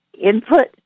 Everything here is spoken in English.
input